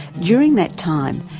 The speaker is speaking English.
during that time,